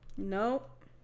Nope